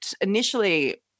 initially